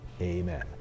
Amen